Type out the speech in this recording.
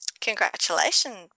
Congratulations